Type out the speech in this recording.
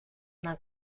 una